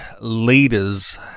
leaders